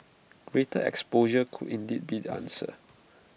greater exposure could indeed be the answer